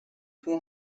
two